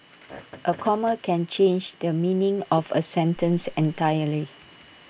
A comma can change the meaning of A sentence entirely